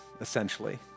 essentially